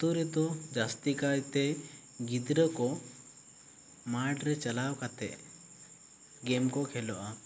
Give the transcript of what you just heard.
ᱟᱛᱳ ᱨᱮᱫᱚ ᱡᱟᱹᱥᱛᱤ ᱠᱟᱭ ᱛᱮ ᱜᱤᱫᱽᱨᱟᱹ ᱠᱚ ᱢᱟᱴ ᱨᱮ ᱪᱟᱞᱟᱣ ᱠᱟᱛᱮ ᱜᱮᱢ ᱠᱚ ᱠᱷᱮᱞᱚᱜᱼᱟ